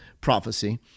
prophecy